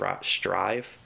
strive